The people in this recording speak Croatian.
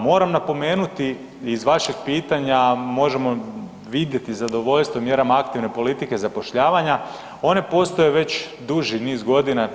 Moram napomenuti iz vašeg pitanja možemo vidjeti zadovoljstvo mjerama aktivne politike zapošljavanja one postoje već duži niz godina.